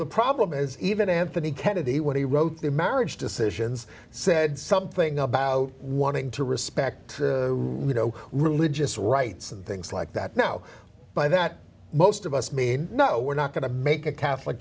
the problem is even anthony kennedy when he wrote the marriage decisions said something about wanting to respect religious rights and things like that now but that most of us mean no we're not going to make a catholic